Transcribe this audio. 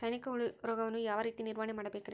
ಸೈನಿಕ ಹುಳು ರೋಗವನ್ನು ಯಾವ ರೇತಿ ನಿರ್ವಹಣೆ ಮಾಡಬೇಕ್ರಿ?